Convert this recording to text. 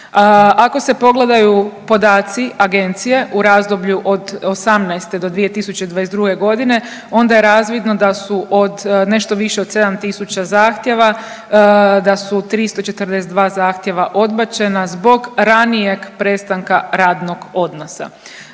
Ako se pogledaju podaci agencije u razdoblju od '18. do 2022.g. onda je razvidno da su od nešto više od 7 tisuća zahtjeva da su 342 zahtjeva odbačena zbog ranijeg prestanka radnog odnosa.